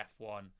F1